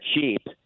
cheap